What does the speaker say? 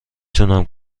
تونم